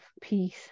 peace